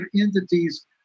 entities